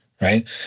right